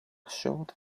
short